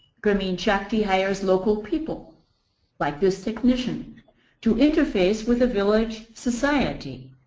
grameen shakti hires local people like this technician to interface with the village society.